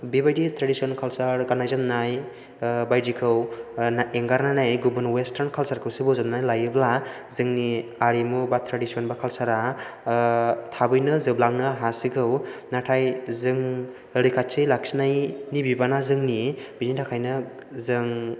बेबायदि tradition culture गाननाय जोमनाय बायदिखौ एंगारनानै गुबुन वेस्टार्न कालसराखौ बजबनानै लायोब्ला जोंनि आरिमु बा ट्रेडिसन बा कालसारा थाबैनो जोबलांनो हासिगौ नाथाय जों रैखाथि लाखिनायनि बिबाना जोंनि बिनि थाखायनो जों